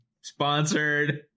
sponsored